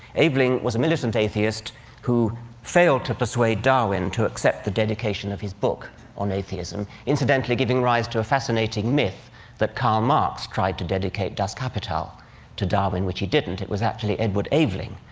aveling was a militant atheist who failed to persuade darwin to accept the dedication of his book on atheism incidentally, giving rise to a fascinating myth that karl marx tried to dedicate das kapital to darwin, which he didn't, it was actually edward aveling.